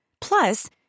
Plus